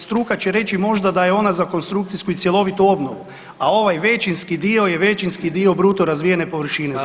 Struka će reći možda da je ona za konstrukcijsku i cjelovitu obnovu, a ovaj većinski dio je većinski dio bruto razvijene površine zgrade.